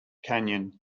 canyon